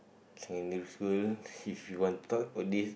secondary school if you want to talk about this